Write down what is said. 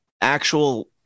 actual